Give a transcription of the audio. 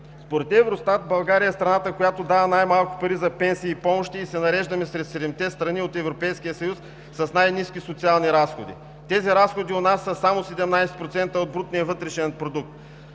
Според Евростат България е страната, която дава най-малко пари за пенсии и помощи, и се нареждаме сред седемте страни от Европейския съюз с най-ниски социални разходи. Тези разходи у нас са само 17% от брутния вътрешен продукт.